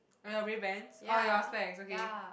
on your ray-bans orh your specs okay